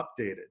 updated